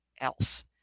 else